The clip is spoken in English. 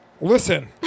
Listen